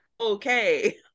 okay